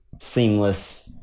seamless